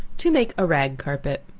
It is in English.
to make a rag carpet.